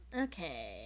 Okay